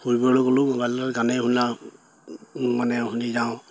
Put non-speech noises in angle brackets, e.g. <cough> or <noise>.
ফুৰিবলৈ গ'লও ম'বাইলত গানেই শুনা মানে <unintelligible> শুনি যাওঁ